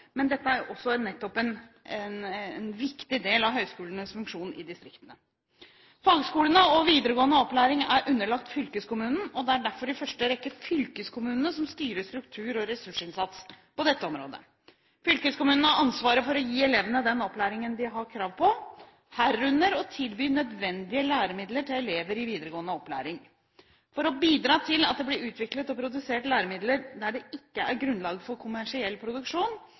men dette er også en viktig del av høyskolenes funksjon i distriktene. Fagskolene og videregående opplæring er underlagt fylkeskommunen, og det er derfor i første rekke fylkeskommunene som styrer struktur og ressursinnsats på dette området. Fylkeskommunen har ansvaret for å gi elevene den opplæringen de har krav på, herunder å tilby nødvendige læremidler til elever i videregående opplæring. For å bidra til at det blir utviklet og produsert læremidler der det ikke er grunnlag for kommersiell produksjon,